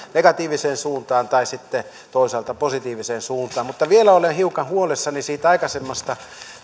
negatiiviseen suuntaan tai sitten toisaalta positiiviseen suuntaan mutta vielä olen hiukan huolissani siitä aikaisemmasta